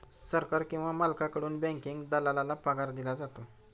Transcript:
सरकार किंवा मालकाकडून बँकिंग दलालाला पगार दिला जातो